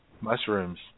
Mushrooms